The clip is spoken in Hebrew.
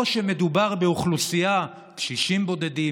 או שמדובר באוכלוסייה של קשישים בודדים,